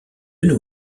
nos